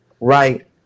right